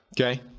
Okay